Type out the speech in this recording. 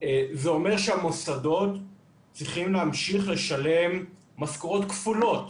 זה אומר שהמוסדות צריכים להמשיך לשלם משכורות כפולות,